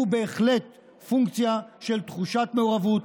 הוא בהחלט פונקציה של תחושת מעורבות,